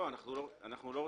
להיפך,